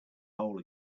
hole